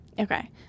Okay